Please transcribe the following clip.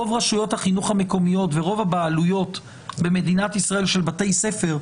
רוב רשויות החינוך המקומיות ורוב הבעלויות במדינת ישראל של בתי ספר,